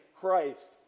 Christ